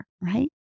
right